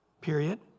period